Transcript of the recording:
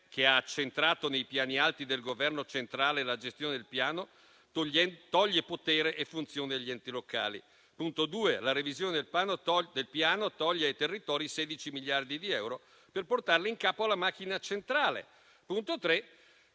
che ha accentrato nei piani alti del Governo centrale la gestione del Piano, togliendo poteri e funzioni agli enti locali. Il secondo è la revisione del Piano che toglie ai territori 16 miliardi di euro per portarli in capo alla macchina centrale. Come